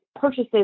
purchases